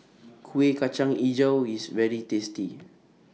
Kuih Kacang Hijau IS very tasty